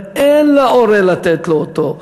ואין להורה לתת לו אותו,